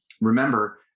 Remember